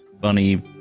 bunny